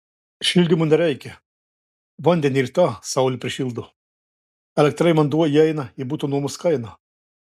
šildymo nereikia vandenį ir tą saulė prišildo elektra ir vanduo įeina į buto nuomos kainą